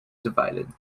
divided